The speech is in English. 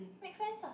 make friends ah